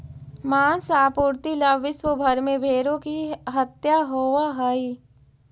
माँस आपूर्ति ला विश्व भर में भेंड़ों की हत्या होवअ हई